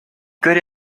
good